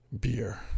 Beer